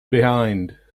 behind